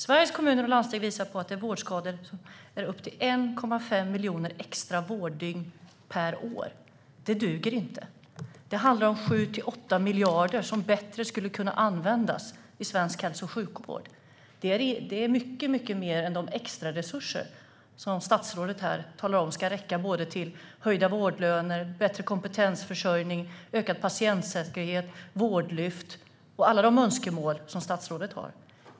Sveriges Kommuner och Landsting visar att dessa vårdskador ger 1,5 miljoner extra vårddygn per år. Det duger inte. Det handlar om 7-8 miljarder som skulle kunna användas bättre i svensk hälso och sjukvård. Det är mycket mer än de extra resurser som statsrådet säger ska räcka till höjda vårdlöner, bättre kompetensförsörjning, ökad patientsäkerhet, vårdlyft och alla önskemål som statsrådet har.